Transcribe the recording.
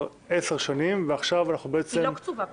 עשר שנים ועכשיו אנחנו --- היא לא קצובה בחוק.